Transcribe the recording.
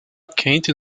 quente